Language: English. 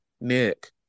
Nick